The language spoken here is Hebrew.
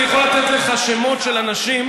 אני יכול לתת לך שמות של אנשים,